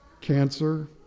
Cancer